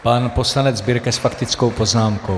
Pan poslanec Birke s faktickou poznámkou.